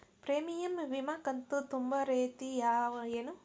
Premium ವಿಮಾ ಕಂತು ತುಂಬೋ ರೇತಿ ಏನು?